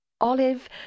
Olive